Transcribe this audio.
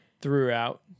Throughout